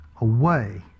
away